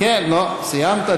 סיימת.